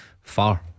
far